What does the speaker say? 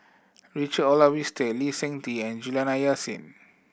Richard Olaf Winstedt Lee Seng Tee and Juliana Yasin